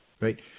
right